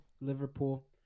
Liverpool